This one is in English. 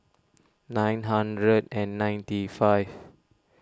nine hundred and ninety five